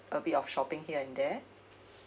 a bit of shopping here and there